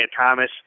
Thomas